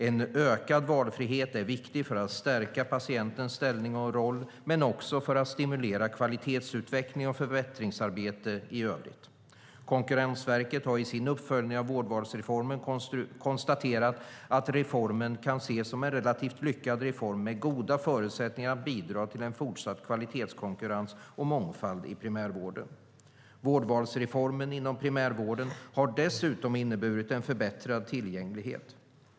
En ökad valfrihet är viktig för att stärka patientens ställning och roll, men också för att stimulera kvalitetsutveckling och förbättringsarbete i övrigt. Konkurrensverket har i sin uppföljning av vårdvalsreformen konstaterat att reformen kan ses som en relativt lyckad reform, med goda förutsättningar att bidra till en fortsatt kvalitetskonkurrens och mångfald i primärvården. Vårdvalsreformen inom primärvården har dessutom inneburit en förbättrad tillgänglighet.